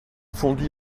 fondit